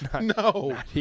No